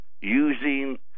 using